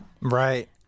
Right